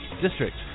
district